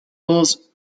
bowls